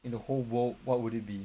in the whole world what would it be